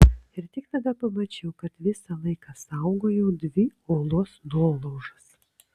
ir tik tada pamačiau kad visą laiką saugojau dvi uolos nuolaužas